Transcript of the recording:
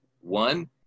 One